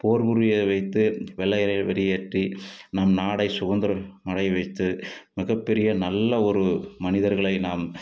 போர் புரிய வைத்து வெள்ளையரை வெளியேற்றி நம் நாடை சுதந்திரம் அடைய வைத்து மிகப்பெரிய நல்ல ஒரு மனிதர்களை நாம்